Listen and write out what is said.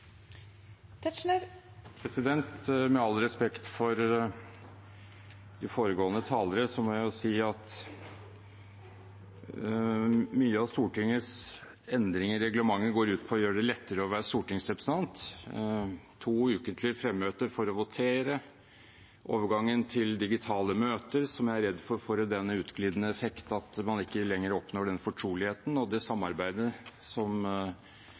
Med all respekt for de foregående talere må jeg si at mye av Stortingets endring i reglementet går ut på å gjøre det lettere å være stortingsrepresentant. Det gjelder to ukentlige fremmøter for å votere og overgangen til digitale møter, som jeg er redd for får den utglidende effekt at man ikke lenger oppnår den fortroligheten og det samarbeidet som